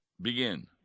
begin